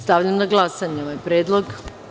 Stavljam na glasanje ovaj predlog.